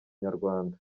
nyarwanda